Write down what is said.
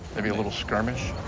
maybe a little skirmish?